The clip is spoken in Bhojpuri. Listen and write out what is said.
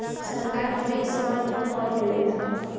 सरकार हरेक सामान पर कर लेवेला